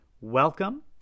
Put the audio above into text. welcome